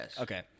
Okay